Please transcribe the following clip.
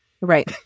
Right